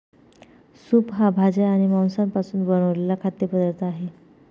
soup हा भाज्या आणि मांसापासून बनवलेला खाद्य पदार्थ आहे